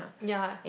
ya